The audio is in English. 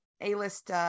A-list